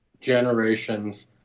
generations